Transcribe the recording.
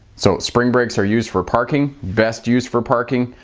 so spring brakes are used for parking best use for parking.